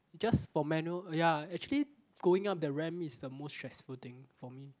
just for manual ya actually going up the ramp is the most stressful thing for me